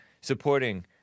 supporting